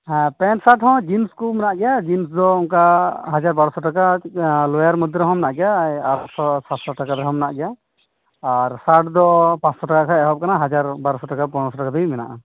ᱦᱮᱸ pant shirt ᱦᱚᱸ jeans ᱠᱚ ᱢᱮᱱᱟᱜ ᱜᱮᱭᱟ ᱡᱤᱱᱥ ᱫᱚ ᱚᱱᱠᱟ ᱦᱟᱡᱟᱨ ᱵᱟᱨᱳᱥᱚ ᱴᱟᱠᱟ ᱞᱳᱭᱟᱨ ᱢᱚᱫᱽᱫᱷᱮ ᱨᱮᱦᱚᱸ ᱢᱮᱱᱟᱜ ᱜᱮᱭᱟ ᱟᱴᱥᱚ ᱥᱟᱛᱥᱚ ᱴᱟᱠᱟ ᱨᱮᱭᱟᱜ ᱦᱚᱸ ᱢᱮᱱᱟᱜ ᱜᱮᱭᱟ ᱟᱨ ᱥᱟᱴ ᱫᱚ ᱯᱟᱸᱥᱥᱚ ᱴᱟᱠᱟ ᱠᱷᱚᱱ ᱮᱦᱚᱵ ᱟᱠᱟᱱᱟ ᱦᱟᱡᱟᱨ ᱵᱟᱨᱳᱥᱚ ᱯᱚᱱᱨᱚᱥᱚ ᱴᱟᱠᱟ ᱫᱷᱟᱹᱵᱤᱡ ᱢᱮᱱᱟᱜᱼᱟ